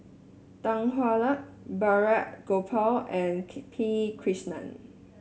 Tan Hwa Luck Balraj Gopal and P Krishnan